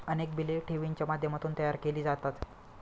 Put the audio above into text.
अनेक बिले ठेवींच्या माध्यमातून तयार केली जातात